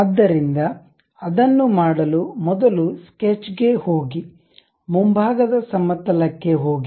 ಆದ್ದರಿಂದ ಅದನ್ನು ಮಾಡಲು ಮೊದಲು ಸ್ಕೆಚ್ ಗೆ ಹೋಗಿ ಮುಂಭಾಗದ ಸಮತಲ ಕ್ಕೆ ಹೋಗಿ